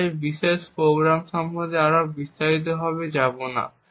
আমরা এই বিশেষ প্রোগ্রাম সম্পর্কে আরও বিস্তারিতভাবে যাব না